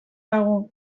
dago